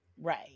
right